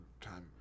time